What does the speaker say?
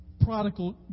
prodigal